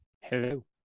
Hello